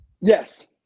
Yes